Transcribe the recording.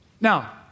now